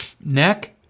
neck